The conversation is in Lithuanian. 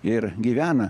ir gyvena